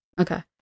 okay